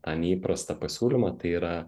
tą neįprastą pasiūlymą tai yra